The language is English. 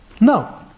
No